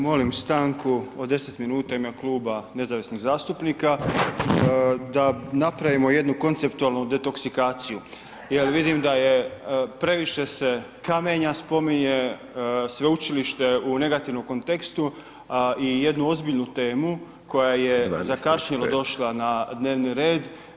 Molim stanku od 10 minuta u ime Kluba nezavisnih zastupnika, da napravimo jednu konceptnu detoksikaciju, jer vidim, previše se kamenja spominje, sveučilište je u negativnom kontekstu i jednu ozbiljnu, koja je zakašnjelo došla na dnevni red.